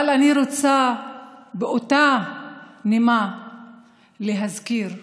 אבל אני רוצה באותה נשימה להזכיר ששלום,